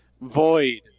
Void